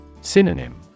Synonym